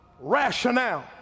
rationale